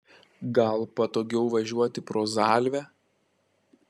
gal patogiau važiuoti pro zalvę